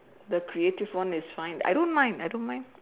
the creative one is fine I don't mind I don't mind